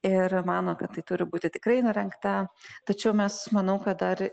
ir mano kad tai turi būti tikrai nurengta tačiau mes manau kad dar